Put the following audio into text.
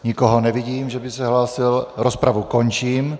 Nikoho nevidím, že by se hlásil, rozpravu končím.